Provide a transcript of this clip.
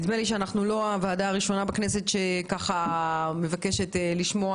נדמה לי שאנחנו לא הוועדה הראשונה בכנסת שמבקשת לשמוע